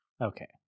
okay